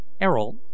Errol